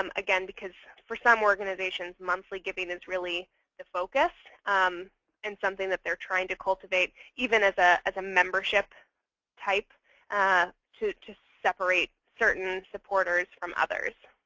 um again, because for some organizations, monthly giving is really the focus and something that they're trying to cultivate, even as ah as a membership type ah to to separate certain supporters from others.